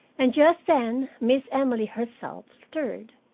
and just then miss emily herself stirred,